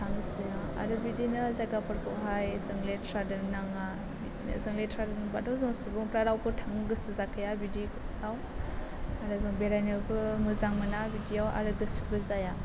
थांसिना आरो बिदिनो जायगाफोरखौहाय जों लेथ्रा दोननाङा जों लेथ्रा दोनोब्लाथ' जों सुबुंफ्रा रावबो थांनो गोसोजाखाया बिदिआव आरो जों बेरायनायावबो मोजां मोना बिदियाव आरो गोसोबो जाया